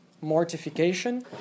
Mortification